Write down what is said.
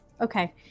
Okay